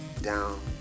down